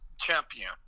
champion